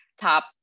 top